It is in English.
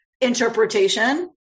interpretation